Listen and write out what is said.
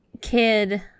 kid-